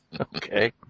Okay